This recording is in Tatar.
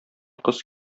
кыз